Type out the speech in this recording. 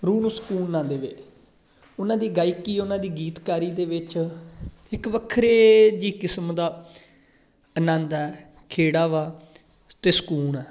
ਰੂਹ ਨੂੰ ਸਕੂਨ ਨਾ ਦੇਵੇ ਉਹਨਾਂ ਦੀ ਗਾਇਕੀ ਉਹਨਾਂ ਦੀ ਗੀਤਕਾਰੀ ਦੇ ਵਿੱਚ ਇੱਕ ਵੱਖਰੇ ਜੀ ਕਿਸਮ ਦਾ ਆਨੰਦ ਹੈ ਖੇੜਾ ਵਾ ਅਤੇ ਸਕੂਨ ਆ